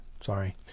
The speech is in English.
sorry